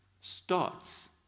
starts